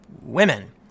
women